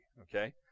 okay